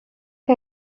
que